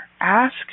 Ask